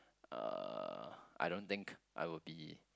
uh I don't think I will be